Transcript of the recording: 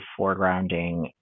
foregrounding